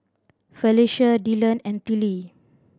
Felecia Dylan and Tillie